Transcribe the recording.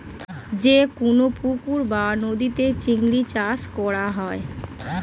যে কোন পুকুর বা নদীতে চিংড়ি চাষ করা হয়